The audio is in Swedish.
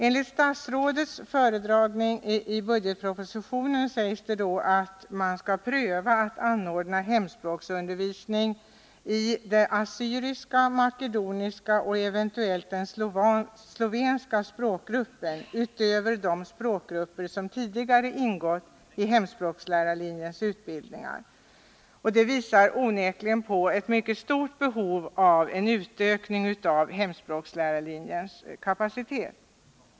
: Föredragande statsrådet säger i budgetpropositionen att man skall pröva att anordna hemspråksundervisning i den assyriska, makedoniska och eventuellt den slovenska språkgruppen utöver de språkgrupper som tidigare ingått i hemspråkslärarlinjens utbildningar. Detta visar onekligen på ett mycket stort behov av en utökning av hemspråkslärarlinjens kapacitet.